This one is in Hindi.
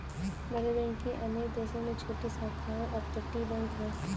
बड़े बैंक की अनेक देशों में छोटी शाखाओं अपतटीय बैंक है